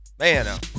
Man